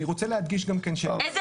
אני רוצה להדגיש גם כן שההסתה -- איזה